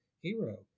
hero